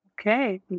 Okay